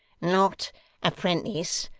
not a prentice,